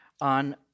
on